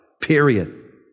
period